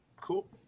Cool